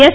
S